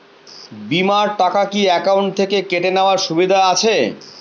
বিমার টাকা কি অ্যাকাউন্ট থেকে কেটে নেওয়ার সুবিধা আছে?